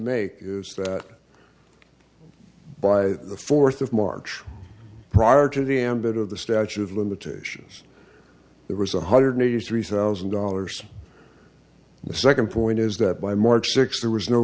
make is that by the fourth of march prior to the ambit of the statute of limitations there was one hundred eighty three thousand dollars and the second point is that by march sixth there was no